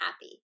happy